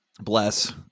bless